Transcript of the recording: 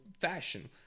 fashion